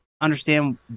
understand